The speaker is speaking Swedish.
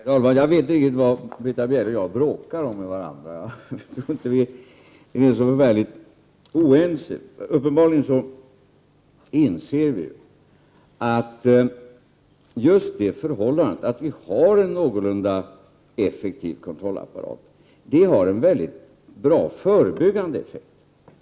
Herr talman! Jag vet inte riktigt vad Britta Bjelle och jag bråkar med varandra om. Jag förstår inte att vi är så förfärligt oense. Uppenbarligen inser vi ju att just det förhållandet att vi har en någorlunda effektiv kontrollapparat har en väldigt stor förebyggande effekt.